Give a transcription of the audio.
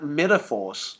metaphors